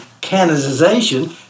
canonization